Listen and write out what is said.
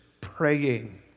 Praying